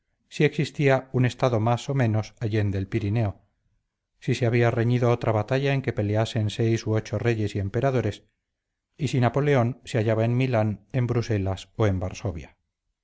si existía un estado más o menos allende el pirineo si se había reñido otra batalla en que peleasen seis u ocho reyes y emperadores y si napoleón se hallaba en milán en bruselas o en varsovia